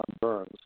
Burns